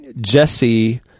Jesse